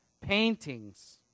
paintings